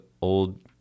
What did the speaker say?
old